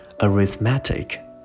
arithmetic